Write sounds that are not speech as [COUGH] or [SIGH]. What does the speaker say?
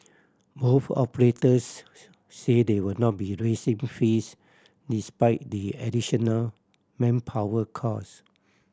both operators [UNINTELLIGIBLE] say they would not be raising fees despite the additional manpower cost